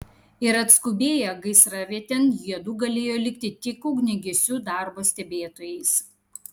ir atskubėję gaisravietėn jiedu galėjo likti tik ugniagesių darbo stebėtojais